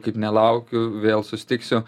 kaip nelaukiu vėl susitiksiu